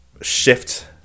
shift